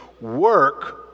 work